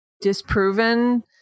disproven